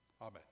amen